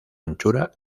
anchura